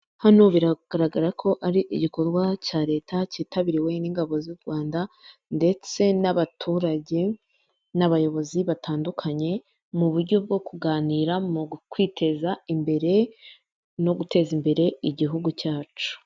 Hano biragaragara ko ari igikorwa cya Leta cyitabiriwe n’ingabo z’u Rwanda, ndetse n’abaturage n’abayobozi batandukanye mu buryo bwo kuganira mu kwiteza imbere no guteza imbere igihugu cyacu.